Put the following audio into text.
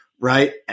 right